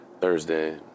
Thursday